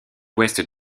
ouest